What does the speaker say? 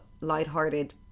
lighthearted